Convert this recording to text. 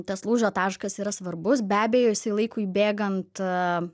tas lūžio taškas yra svarbus be abejo jisai laikui bėgant